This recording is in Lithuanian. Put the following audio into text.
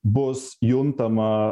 bus juntama